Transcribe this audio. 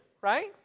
right